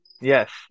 Yes